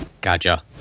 gotcha